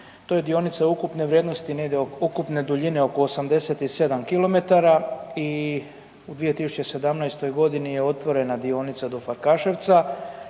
to je dionica ukupne vrijednosti negdje oko, ukupne duljine oko 87 kilometara i u 2017.g. je otvorena dionica do Farkaševca